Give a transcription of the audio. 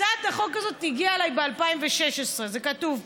הצעת החוק הזאת הגיעה אליי ב-2016, זה כתוב פה.